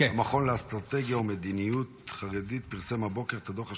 שהמכון לאסטרטגיה ומדיניות חרדית פרסם הבוקר את הדוח השנתי,